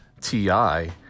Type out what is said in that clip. t-i